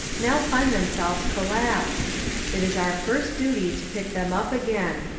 now find themselves collapsed it is our first duty to pick them up again.